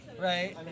Right